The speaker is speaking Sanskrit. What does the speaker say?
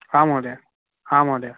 महोदय महोदय